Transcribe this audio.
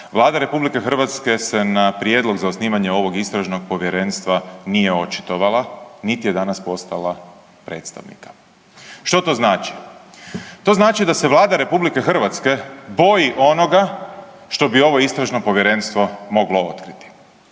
Vlada RH se na prijedlog za osnivanje ovog Istražnog povjerenstva nije očitovala niti je danas poslala predstavnika. Što to znači? To znači da se Vlada RH boji onoga što bi ovo Istražno povjerenstvo moglo otkriti.